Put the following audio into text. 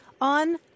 on